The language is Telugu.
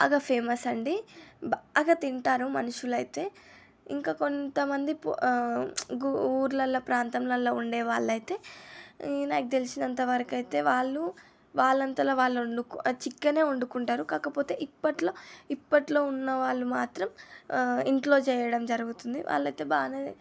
బాగా ఫేమస్ అండి బాగా తింటారు మనుషులైతే ఇంకా కొంతమంది పొ గు ఊర్లలో ప్రాంతంలలో ఉండేవాళ్ళైతే నాకు తెలిసినంతవరకు అయితే వాళ్ళు వాళ్లంతలా వాళ్ళు వండుకో చికెనే వండుకుంటారు కాకపోతే ఇప్పట్లో ఇప్పట్లో ఉన్న వాళ్ళు మాత్రం ఇంట్లో చెయ్యడం జరుగుతుంది వాళ్ళైతే బాగానే